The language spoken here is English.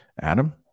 Adam